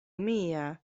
mia